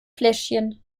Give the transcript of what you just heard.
fläschchen